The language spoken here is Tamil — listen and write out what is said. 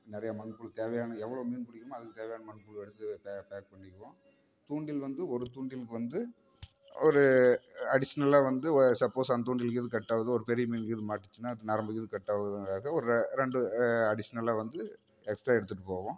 நிறைய மண்புழு தேவையான எவ்வளோ மீன் பிடிக்கணுமோ அதுக்குத் தேவையான மண்புழுவை எடுத்து பேக் பண்ணிக்குவோம் தூண்டில் வந்து ஒரு தூண்டிலுக்கு வந்து ஒரு அடிஷ்னலாக வந்து சப்போஸ் அந்த தூண்டில் கிண்டில் கட்டாகுதோ ஒரு பெரிய மீன் கீன் மாட்டுச்சுன்னா அது நரம்பு கிரம்பு கட்டாகுதுங்கிறதுக்காக ஒரு ரெண்டு அடிஷ்னலாக வந்து எக்ஸ்ட்ரா எடுத்துட்டு போவோம்